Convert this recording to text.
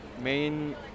main